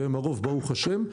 והם הרוב ברוך השם,